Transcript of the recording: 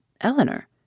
Eleanor